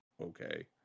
okay